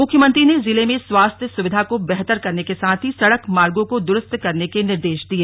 मुख्यमंत्री ने जिले में स्वास्थ्य सुविधा को बेहतर करने के साथ ही सड़क मार्गों को दुरस्त करने के निर्दे दिए